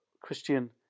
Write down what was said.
Christian